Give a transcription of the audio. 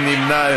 אין לי בעיה.